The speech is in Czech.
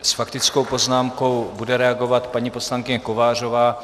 S faktickou poznámkou bude reagovat paní poslankyně Kovářová.